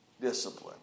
discipline